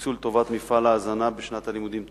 שהוקצו לטובת מפעל ההזנה בשנת הלימודים תש"ע.